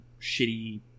shitty